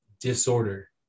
disorder